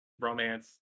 romance